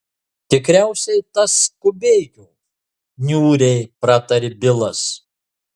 tikriausiai tas skubėjo niūriai pratarė bilas